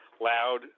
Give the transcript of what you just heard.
Loud